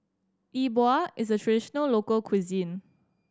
E Bua is a traditional local cuisine